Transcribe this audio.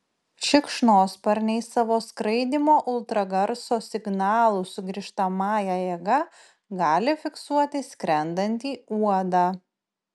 šikšnosparniai savo skraidymo ultragarso signalų sugrįžtamąja jėga gali fiksuoti skrendantį uodą